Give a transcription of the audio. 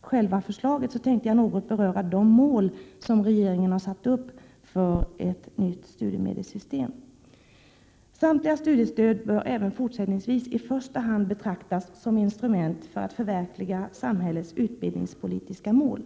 själva förslaget tänkte jag något beröra de mål som regeringen har satt upp för ett nytt studiemedelssystem. Samtliga studiestöd bör fortsättningsvis i första hand betraktas som instrument för att förverkliga samhällets utbildningspolitiska mål.